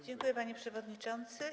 Dziękuję, panie przewodniczący.